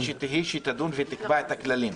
-- היא שתדון ותקבע את הכללים.